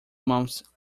months